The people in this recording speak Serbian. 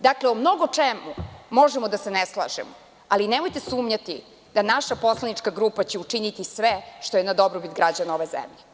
Dakle, o mnogo čemu možemo da se ne slažemo, ali nemojte sumnjati da će naša poslanička grupa učiniti sve što je za dobrobit građana ove zemlje.